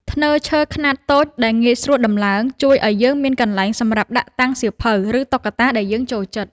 ធ្នើឈើខ្នាតតូចដែលងាយស្រួលដំឡើង ជួយឱ្យយើងមានកន្លែងសម្រាប់ដាក់តាំងសៀវភៅ ឬតុក្កតាដែលយើងចូលចិត្ត។